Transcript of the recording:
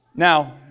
Now